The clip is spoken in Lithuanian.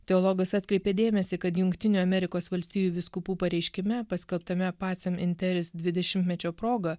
teologas atkreipė dėmesį kad jungtinių amerikos valstijų vyskupų pareiškime paskelbtame pacijem interis dvidešimtmečio proga